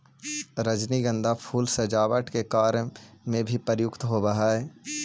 रजनीगंधा फूल सजावट के कार्य में भी प्रयुक्त होवऽ हइ